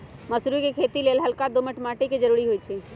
मसुरी कें खेति लेल हल्का दोमट माटी के जरूरी होइ छइ